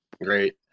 Great